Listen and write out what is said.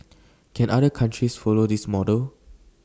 can other countries follow this model